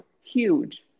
huge